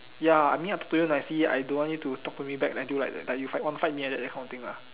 ya I mean I talk to you nicely I don't want you to talk to me back until like like you fight want fight me like that that kind of thing lah